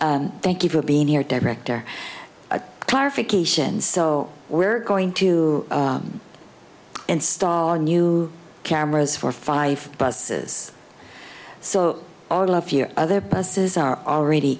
questions thank you for being here director of clarification so we're going to install a new cameras for five busses so all of your other buses are already